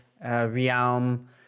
realm